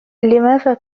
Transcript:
لماذا